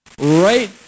Right